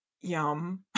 Yum